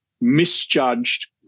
misjudged